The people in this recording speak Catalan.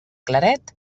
claret